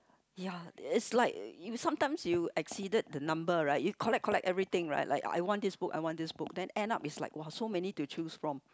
ya is like sometimes you exceeded the number right you collect collect everything right like I want this book I want this book then end up is like !wah! so many to choose from